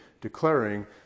declaring